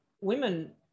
women